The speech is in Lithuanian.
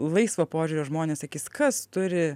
laisvo požiūrio žmonės sakys kas turi